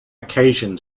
occasion